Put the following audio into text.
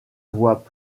voix